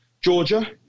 Georgia